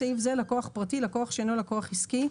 בסעיף זה - "לקוח פרטי" לקוח שאינו לקוח עסקי,